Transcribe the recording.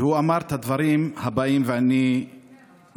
והוא אמר את הדברים הבאים, ואני מצטט: